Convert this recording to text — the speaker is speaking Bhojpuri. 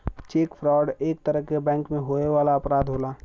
चेक फ्रॉड एक तरे क बैंक में होए वाला अपराध होला